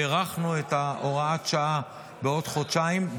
הארכנו את הוראת השעה בעוד חודשיים,